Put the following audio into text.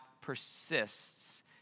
persists